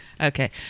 Okay